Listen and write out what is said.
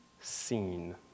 seen